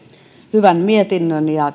hyvän mietinnön ja